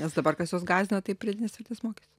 nes dabar kas juos gąsdina tai pridėtinės vertės mokestis